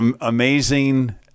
amazing